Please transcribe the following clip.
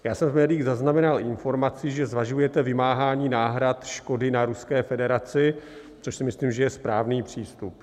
Já jsem v médiích zaznamenal informaci, že zvažujete vymáhání náhrad škody na Ruské federaci, což si myslím, že je správný přístup.